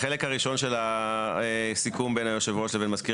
החלק הראשון של הסיכום בין היושב ראש לבן מזכיר